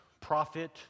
prophet